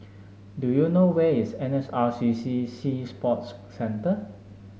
do you know where is N S R C C Sea Sports Centre